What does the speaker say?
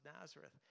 Nazareth